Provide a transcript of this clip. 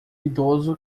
idoso